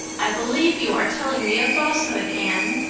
i believe you are telling me a falsehood, anne,